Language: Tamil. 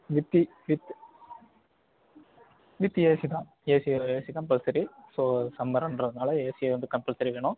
வித்தி வித் வித் ஏசி தான் ஏசி ஏசி தான் கம்பல்சரி ஸோ சம்மருன்றதுனால ஏசியே வந்து கம்பல்சரி வேணும்